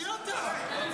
תוציא אותם.